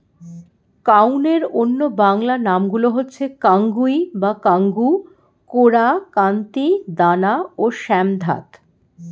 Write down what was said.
কাউনের অন্য বাংলা নামগুলো হচ্ছে কাঙ্গুই বা কাঙ্গু, কোরা, কান্তি, দানা ও শ্যামধাত